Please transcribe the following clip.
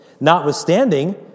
notwithstanding